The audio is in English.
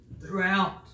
throughout